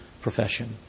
profession